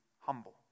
humble